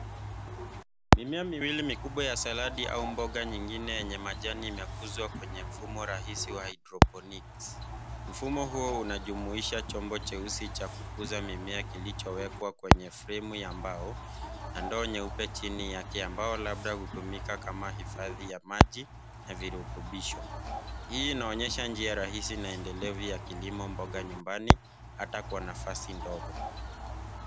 Mimea miwili mikubwa ya saladi au mboga nyingine yenye majani imekuzwa kwenye mfumo rahisi wa hydroponics mfumo huo unajumuisha chombo jeusi cha kukuza mimea kilichowekwa kwenye fremu ya mbao na ndoo nyeupe chini Lao ambao labda hutumika kama hifadhi ya maji na virutubisho. Hii inaonyesha njia rahisi maendelevyo ya kilimo mboga nyumbani hata kwa nafasi ndogo.